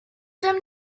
them